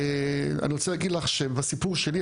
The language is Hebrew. ואני רוצה להגיד לך שבסיפור שלי,